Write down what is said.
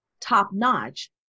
top-notch